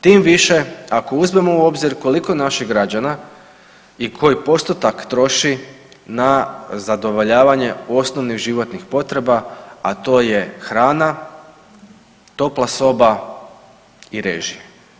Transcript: Tim više ako uzmemo u obzir koliko naših građana i koji postotak troši na zadovoljavanje osnovnih životnih potreba, a to je hrana, topla soba i režije.